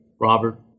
Robert